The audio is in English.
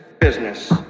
Business